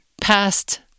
Past